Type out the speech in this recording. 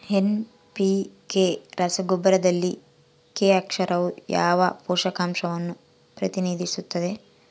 NPK ರಸಗೊಬ್ಬರದಲ್ಲಿ K ಅಕ್ಷರವು ಯಾವ ಪೋಷಕಾಂಶವನ್ನು ಪ್ರತಿನಿಧಿಸುತ್ತದೆ?